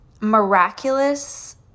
miraculous